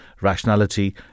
rationality